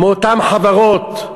מאותן חברות,